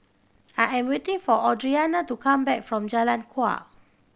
I am waiting for Audrianna to come back from Jalan Kuak